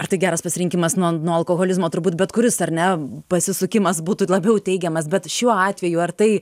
ar tai geras pasirinkimas nuo nuo alkoholizmo turbūt bet kuris ar ne pasisukimas būtų labiau teigiamas bet šiuo atveju ar tai